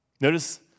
Notice